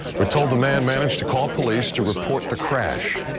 we're told the man managed to call police to report the crash.